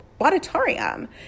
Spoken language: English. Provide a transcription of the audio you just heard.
auditorium